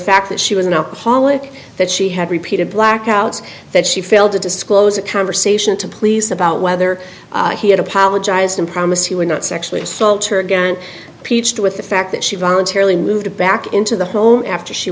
fact that she was an alcoholic that she had repeated blackouts that she failed to disclose a conversation to police about whether he had apologized and promised he would not sexually assault her again peached with the fact that she voluntarily moved back into the home after she